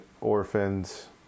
orphans